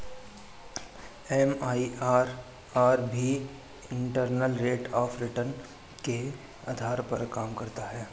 MIRR भी internal rate of return के आधार पर काम करता है